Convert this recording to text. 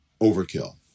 overkill